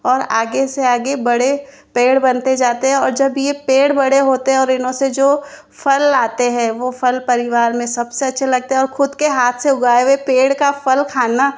और आगे से आगे बड़े पेड़ बनते जाते है और जब ये पेड़ बड़े होते है और इन्हों से जो फल आते है वो फल परिवार में सबसे अच्छे लगते है और वो खुद के हाथ से उगाये हुए पेड़ का फल खाना